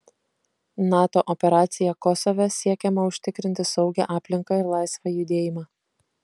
nato operacija kosove siekiama užtikrinti saugią aplinką ir laisvą judėjimą